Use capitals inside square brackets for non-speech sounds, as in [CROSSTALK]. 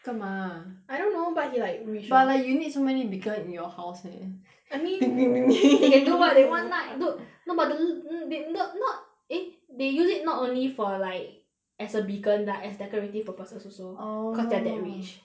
干嘛 I don't know but he like rich lor but like you need so many beacon in your house meh [NOISE] I mean they can do what they want not dude no but the n~ d~ not eh they use it not only for like as a beacon lah as decorative purposes also orh cause they are that rich